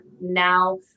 now